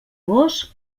gos